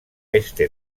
este